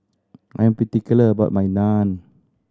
I am particular about my Naan